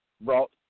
brought